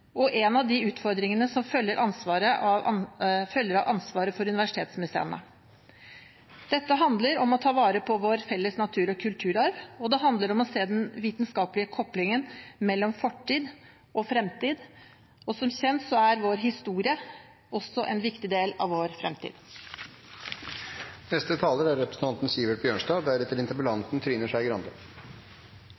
opp en viktig problemstilling som berører våre vitenskapelige institusjoner, og en av utfordringene som følger av ansvaret for universitetsmuseene. Dette handler om å ta vare på vår felles natur- og kulturarv, og det handler om å se den vitenskapelige koplingen mellom fortid og fremtid. Som kjent er vår historie også en viktig del av vår fremtid. Representanten Skei Grandes spørsmål om hvordan vi kan sørge for tilstrekkelig og forutsigbar finansiering av universitetsmiljøene, er